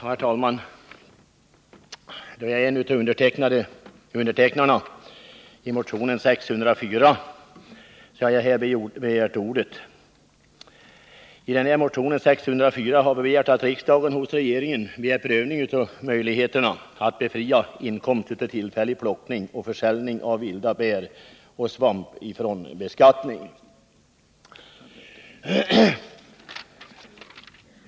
Herr talman! Jag är en av dem som undertecknat motion 604, och jag har därför begärt ordet. Vi har i motionen hemställt att riksdagen hos regeringen begär prövning av möjligheten att befria inkomst av tillfällig plockning och försäljning av vilda bär och svamp från beskattning.